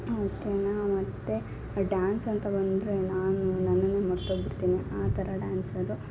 ಮುಖೇನ ಮತ್ತು ಡ್ಯಾನ್ಸ್ ಅಂತ ಬಂದರೆ ನಾನು ನನ್ನನೇ ಮರ್ತು ಹೋಗ್ಬಿಡ್ತಿನಿ ಆ ಥರ ಡ್ಯಾನ್ಸರು